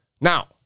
Now